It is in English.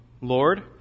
Lord